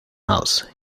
house